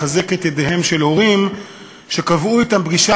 לחזק את ידיהם של הורים שקבעו אתם פגישה